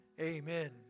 amen